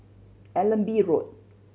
Allenby Road